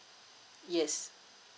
yes